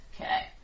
Okay